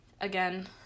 Again